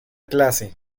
clase